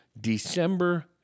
December